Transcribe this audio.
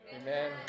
Amen